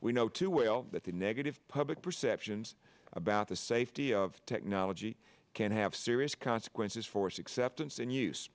we know too well that the negative public perceptions about the safety of technology can have serious consequences force except once in use